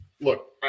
Look